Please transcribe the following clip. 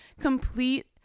complete